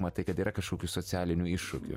matai kad yra kažkokių socialinių iššūkių